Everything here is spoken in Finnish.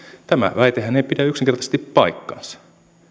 tämä väitehän ei pidä yksinkertaisesti paikkaansa